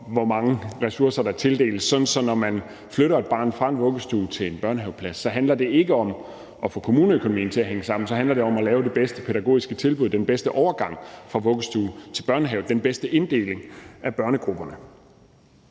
hvor mange ressourcer der tildeles, sådan at når man flytter et barn fra en vuggestue til en børnehaveplads, handler det ikke om at få kommuneøkonomien til at hænge sammen. Så handler det om at lave det bedste pædagogiske tilbud, den bedste overgang fra vuggestue til børnehave, den bedste inddeling af børnegrupperne.